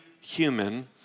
human